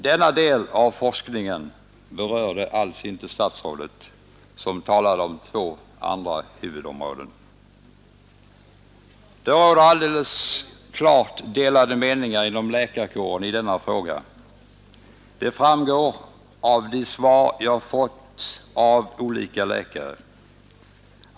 Denna del av forskningen berörde alls inte statsrådet, som talade om två andra huvudområden. Det råder alldeles klart delade meningar inom läkarkåren i denna fråga. Detta framgår av de svar jag fått av olika läkare.